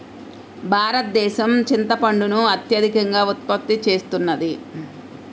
భారతదేశం చింతపండును అత్యధికంగా ఉత్పత్తి చేస్తున్నది